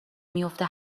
میفته